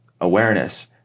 awareness